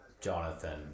Jonathan